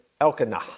Elkanah